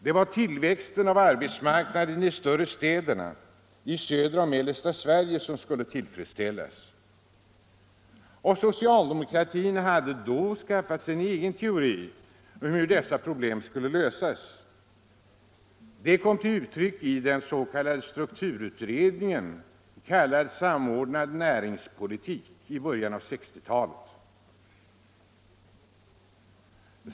Det var tillväxten av arbetsmarknaden i de större städerna i södra och mellersta Sverige som skulle tillfredsställas. Socialdemokratin hade då skaffat sig en egen teori om hur dessa problem skulle lösas. Den kom till uttryck i den s.k. strukturutredningens betänkande, kallat Samordnad näringspolitik, i början av 1960-talet.